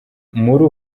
muri